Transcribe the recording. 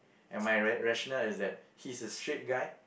and my rational is that he's a straight guy